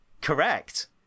Correct